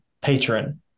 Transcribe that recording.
patron